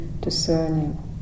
discerning